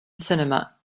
cinema